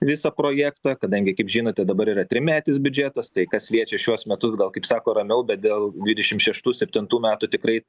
visą projektą kadangi kaip žinote dabar yra trimetis biudžetas tai kas liečia šiuos metus gal kaip sako ramiau bet dėl dvidešim šeštų septintų metų tikrai